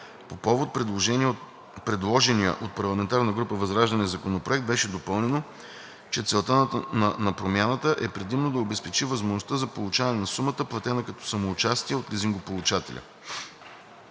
По повод предложения от парламентарната група на ВЪЗРАЖДАНЕ законопроект беше допълнено, че целта на промяната е предимно да обезпечи възможността за получаване на сумата, платена като самоучастие от лизингополучателя.